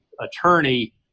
attorney